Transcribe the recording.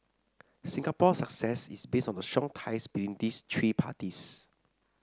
Singapore's success is based on the strong ties between these three parties